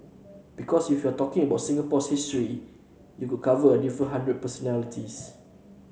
because if you're talking about Singapore's history you could cover a hundred different personalities